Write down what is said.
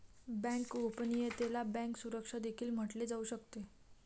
bank गोपनीयतेला bank सुरक्षा देखील म्हटले जाऊ शकते